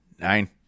nine